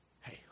Hey